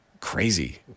crazy